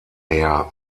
her